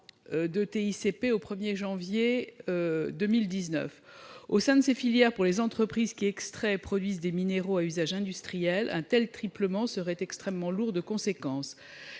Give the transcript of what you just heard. de TICPE au 1 janvier 2019 ! Au sein de ces filières, pour les entreprises qui extraient et produisent des minéraux à usage industriel, un tel triplement serait extrêmement lourd de conséquences.